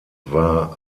war